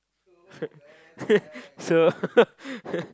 so